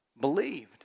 believed